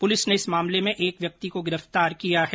police ने इस मामले में एक व्यक्ति को गिरफ्तार किया है